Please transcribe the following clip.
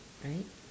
right